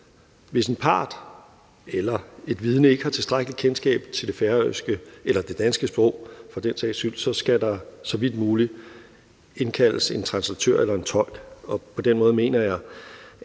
Hvis en part eller et vidne ikke har tilstrækkeligt kendskab til det færøske eller det danske sprog for den sags skyld, skal der så vidt muligt indkaldes en translatør eller en tolk.